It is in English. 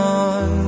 on